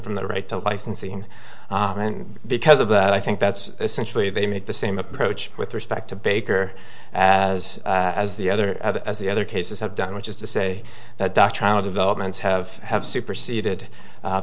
from the right to licensing and because of that i think that's essentially they make the same approach with respect to baker as as the other as the other cases have done which is to say that doctrine of developments have have superseded